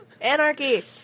Anarchy